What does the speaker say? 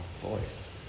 voice